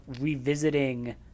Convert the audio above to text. revisiting